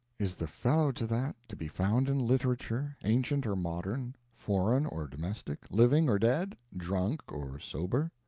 is the fellow to that to be found in literature, ancient or modern, foreign or domestic, living or dead, drunk or sober?